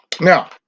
now